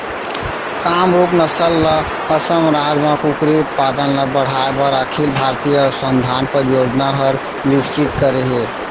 कामरूप नसल ल असम राज म कुकरी उत्पादन ल बढ़ाए बर अखिल भारतीय अनुसंधान परियोजना हर विकसित करे हे